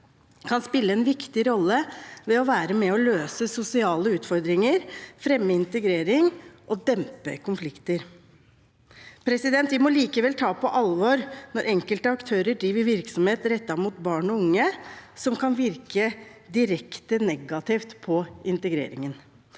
kan spille en viktig rolle ved å være med og løse sosiale utfordringer, fremme integrering og dempe konflikter. Vi må likevel ta det på alvor når enkelte aktører driver virksomhet rettet mot barn og unge som kan virke direkte negativt på integreringen.